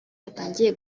yatangiye